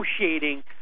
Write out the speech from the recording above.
negotiating